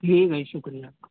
ٹھیک ہے شکریہ